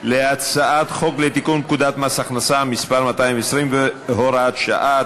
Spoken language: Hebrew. הצעת חוק לתיקון פקודת מס הכנסה (מס' 220 והוראות שעה),